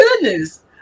goodness